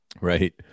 Right